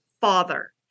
father